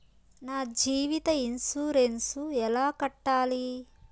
నా జీవిత ఇన్సూరెన్సు ఎలా కట్టాలి?